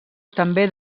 també